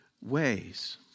ways